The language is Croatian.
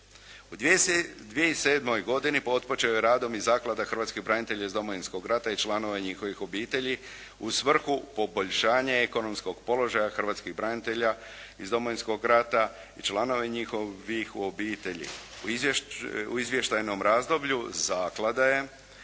U 2007. godini otpočeo je radom i zaklada hrvatskih branitelja iz Domovinskog rata i članova njihovih obitelji u svrhu poboljšanja ekonomskog položaja hrvatskih branitelja iz Domovinskog rata i članova njihovih obitelji. U izvještajnom razdoblju zaklada je